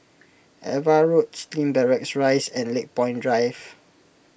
Ava Road Slim Barracks Rise and Lakepoint Drive